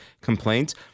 complaints